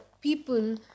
people